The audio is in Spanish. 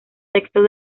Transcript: textos